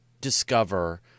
discover